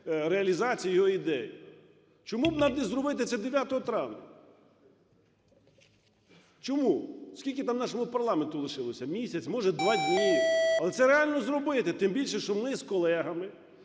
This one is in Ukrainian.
реалізацією його ідеї. Чому б нам не зробити це 9 травня? Чому? Скільки там нашому парламенту лишилося? Місяць, може, 2 дні. Але це реально зробити, тим більше, що ми з колегами